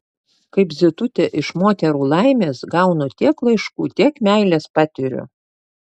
kaip zitutė iš moterų laimės gaunu tiek laiškų tiek meilės patiriu